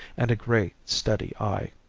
and a grey, steady eye.